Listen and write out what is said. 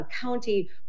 county